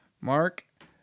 Mark